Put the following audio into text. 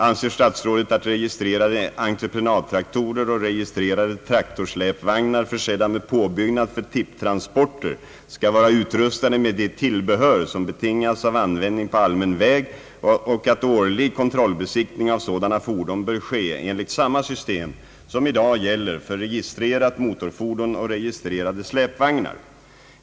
Anser statsrådet att registrerade entreprenadtraktorer och registrerade traktorsläpvagnar försedda med påbyggnad för tipptransporter skall vara utrustade med de tillbehör som betingas av användning på allmän väg och att årlig kontrollbesiktning av sådana fordon bör ske enligt samma system som i dag gäller för registrerat motorfordon och registrerade släpvagnar?